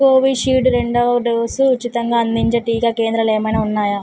కోవిషీడ్ రెండవ డోసు ఉచితంగా అందించే టీకా కేంద్రాలు ఏమైనా ఉన్నాయా